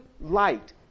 light